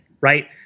right